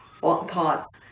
thoughts